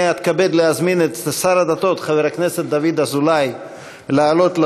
אתכבד להזמין את השר לשירותי דת חבר הכנסת דוד אזולאי לעלות לדוכן,